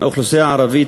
האוכלוסייה הערבית,